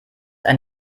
ein